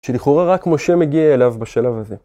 שלכאורה רק משה מגיע אליו בשלב הזה.